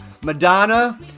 Madonna